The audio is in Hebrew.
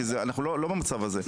אנחנו הרי לא במצב הזה.